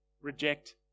reject